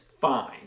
fine